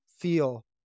feel